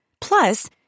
Plus